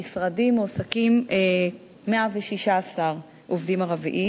במשרדי מועסקים 116 עובדים ערבים.